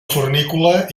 fornícula